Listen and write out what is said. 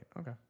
Okay